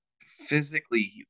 physically